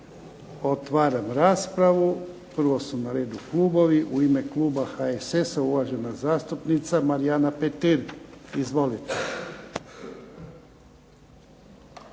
Otvaram raspravu. Prvo su na redu klubovi. U ime kluba HSS-a, uvažena zastupnica Marijana Petir. Izvolite.